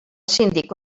síndic